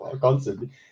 constantly